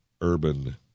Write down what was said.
urban